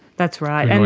that's right,